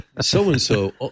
so-and-so